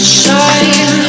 shine